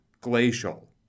glacial